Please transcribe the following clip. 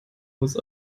muss